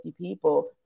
people